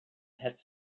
had